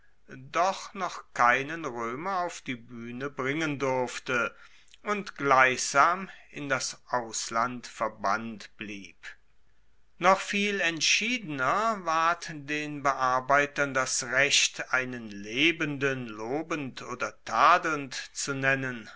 doch noch keinen roemer auf die buehne bringen durfte und gleichsam in das ausland verbannt blieb noch viel entschiedener ward den bearbeitern das recht einen lebenden lobend oder tadelnd zu nennen